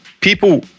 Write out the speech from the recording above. people